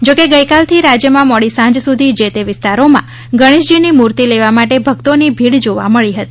જોકે ગઈકાલથી રાજ્યમાં મોડી સાંજ સુધી જે તે વિસ્તારોમાં ગર્ણેશજી મૂર્તિ લેવા માટે ભક્તોની ભીડ જોવા મળી હતી